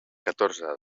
catorze